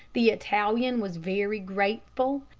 the italian was very grateful,